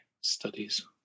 studies